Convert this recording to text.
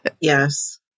yes